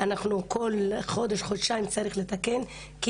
כל חודש או חודשיים אנחנו צריכים לתקן את